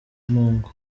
mungu